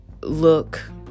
look